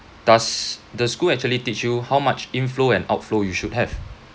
does the school actually teach you how much inflow and outflow you should have